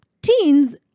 Teens